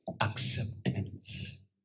acceptance